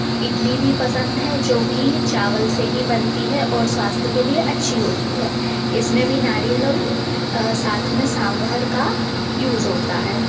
इडली भी पसंद है जो कि चावल से ही बनती है और स्वास्थ्य के लिए अच्छी होती है इस में भी नारियल और साथ में सांबर का यूज़ होता है